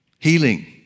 Healing